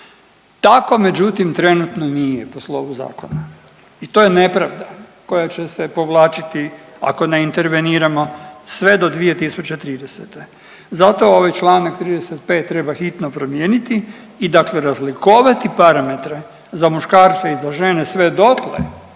tako međutim trenutno nije po slovu zakona i to je nepravda koja će se povlačiti ako ne interveniramo sve do 2030., zato ovaj čl. 35. treba hitno promijeniti i dakle razlikovati parametre za muškarce i za žene sve dotle